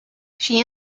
she